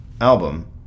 album